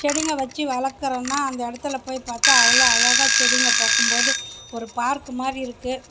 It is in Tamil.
செட்டிங்க வச்சு வளர்க்குறோன்னா அந்த இடத்துல போய் பார்த்தா அவ்வளோ அழகாக செடிங்க பார்க்கும்போது ஒரு பார்க் மாதிரி இருக்கு